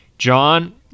John